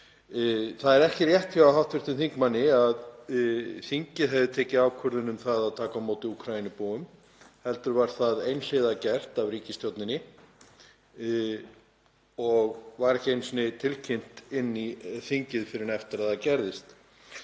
Það er ekki rétt hjá hv. þingmanni að þingið hefði tekið ákvörðun um að taka á móti Úkraínubúum heldur var það einhliða gert af ríkisstjórninni og var það ekki einu sinni tilkynnt inn í þingið fyrr en eftir að það gerðist.